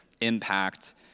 impact